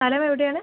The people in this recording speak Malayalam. സ്ഥലം എവിടെയാണ്